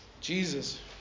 Jesus